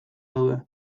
daude